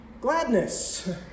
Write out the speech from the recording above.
Gladness